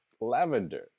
lavender